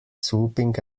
swooping